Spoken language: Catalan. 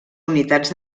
unitats